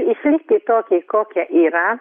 išlikti tokiai kokia yra